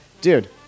Dude